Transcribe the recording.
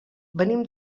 venim